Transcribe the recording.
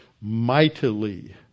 mightily